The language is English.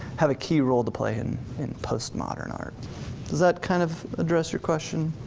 have a key role to play in in post-modern art. does that kind of address your question?